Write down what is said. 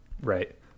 Right